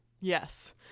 Yes